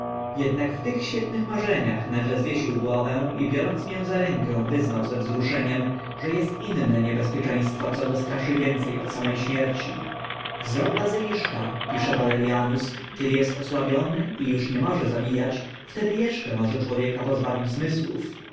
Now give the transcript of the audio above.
jednak w tych świetnych marzeniach nagle zwiesił głowę i biorąc mię za rękę wyznał ze wzruszeniem że est inne niebezpieczeństwo co go straszy więce faktor daw pośrednik handlarz zwierciadlana zagadka od same śmierci wzrok bazyliszka pisze valerianus kiedy est osłabiony i uż nie może zabijać wtedy eszcze może człowieka pozbawić zmysłów